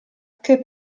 che